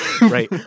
Right